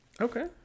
Okay